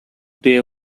day